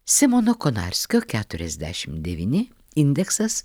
simono konarskio keturiasdešim devyni indeksas